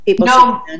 No